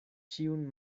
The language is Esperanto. ĉiun